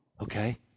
okay